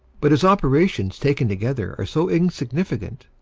but his operations taken together are so insignificant,